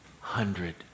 hundred